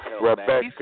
Rebecca